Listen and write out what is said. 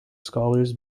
scholars